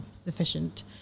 sufficient